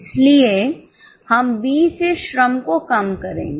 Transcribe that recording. इसलिए हम बी से श्रम को कम करेंगे